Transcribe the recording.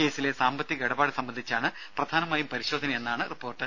കേസിലെ സാമ്പത്തിക ഇടപാട് സംബന്ധിച്ചാണ് പ്രധാനമായും പരിശോധനയെന്നാണ് റിപ്പോർട്ട്